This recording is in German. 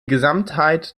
gesamtheit